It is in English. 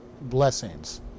blessings